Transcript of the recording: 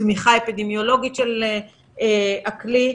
תמיכה אפידמיולוגית בכלי,